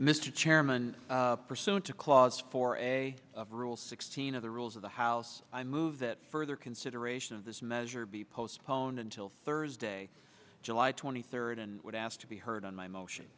mr chairman pursuant to clause four of rule sixteen of the rules of the house i move that further consideration of this measure be postponed until thursday july twenty third and would ask to be heard on my motion